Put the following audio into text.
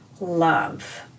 love